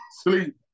sleep